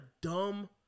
dumb